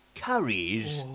curries